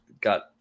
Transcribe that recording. got